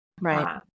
Right